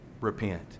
repent